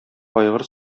айгыр